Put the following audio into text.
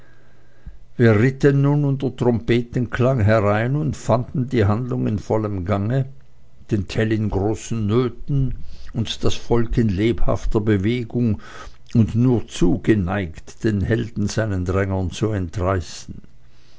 wir ritten nun unter trompetenklang herein und fanden die handlung in vollem gange den tell in großen nöten und das volk in lebhafter bewegung und nur zu geneigt den helden seinen drängern zu entreißen